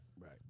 right